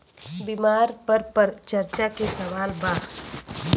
बीमा पर चर्चा के सवाल बा?